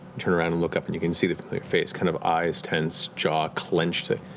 turn around and look up, and you can see the face kind of eyes tense, jaw clenched.